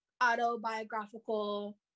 autobiographical